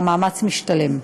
והמאמץ משתלם.